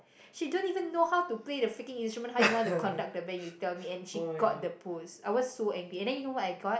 she don't even know how to play the freaking instrument how you want to conduct the band you tell me and she got the post I was so angry and then you know what I got